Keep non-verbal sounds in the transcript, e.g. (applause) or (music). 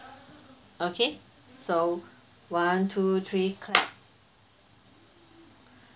okay so one two three (noise)